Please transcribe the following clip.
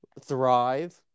thrive